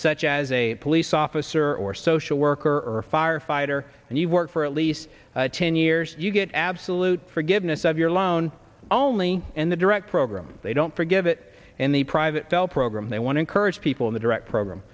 such as a police officer or social worker or a firefighter and you work for at least ten years you get absolute forgiveness of your loan only and the direct program they don't forgive it in the private bell program they want encourage people in the direct program